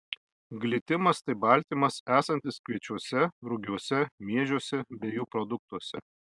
glitimas tai baltymas esantis kviečiuose rugiuose miežiuose bei jų produktuose